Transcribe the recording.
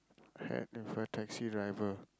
had with a taxi driver